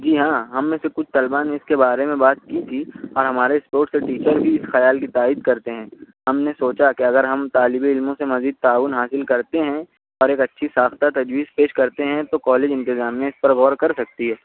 جی ہاں ہم میں سے کچھ طلبہ نے اِس کے بارے میں بات کی تھی اور ہمارے اسپورٹ کے ٹیچر بھی اِس خیال کی تائید کرتے ہیں ہم نے سوچا کہ اگر ہم طالبِ علموں سے مزید تعاون حاصل کرتے ہیں اور ایک اچھی ساختہ تجویز پیش کرتے ہیں تو کالج انتظامیہ اِس پر غور کر سکتی ہے